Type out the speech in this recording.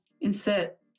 insert